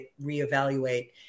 reevaluate